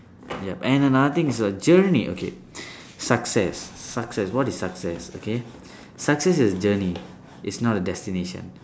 yup and another thing is a journey okay success success what is success okay success is journey it's not a destination